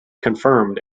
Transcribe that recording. confirmed